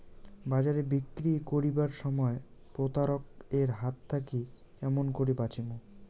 বাজারে বিক্রি করিবার সময় প্রতারক এর হাত থাকি কেমন করি বাঁচিমু?